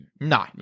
No